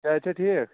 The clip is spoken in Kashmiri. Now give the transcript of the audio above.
صحت چھا ٹھیٖک